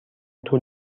طول